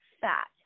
fat